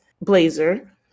blazer